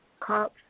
cops